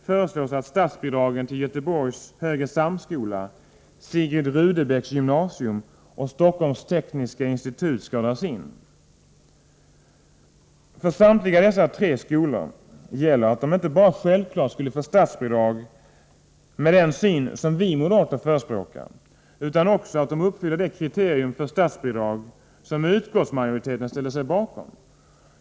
För samtliga dessa tre skolor gäller att de inte bara självklart skulle få statsbidrag med den syn som vi moderater förespråkar, utan att de också uppfyller det kriterium för statsbidrag som utskottsmajoriteten ställer sig bakom.